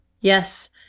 Yes